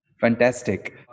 Fantastic